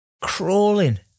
Crawling